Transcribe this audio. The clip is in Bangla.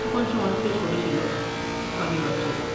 তখন সে অনেকটাই ছোটো ছিল পাখির বাচ্চাটা